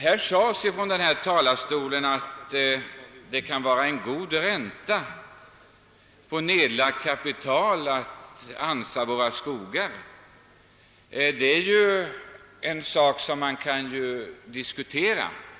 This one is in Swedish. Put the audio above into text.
Det har sagts från denna talarstol att det kan ge en god ränta på nedlagt kapital att ansa våra skogar. Den saken kan diskuteras.